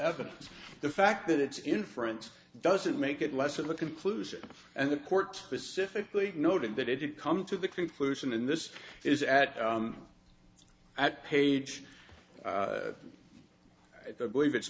evidence the fact that it's inference doesn't make it less of a conclusion and the court pacifically noted that it did come to the conclusion and this is at at page i believe it's